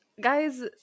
guys